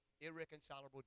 irreconcilable